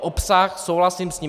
Obsah, souhlasím s ním.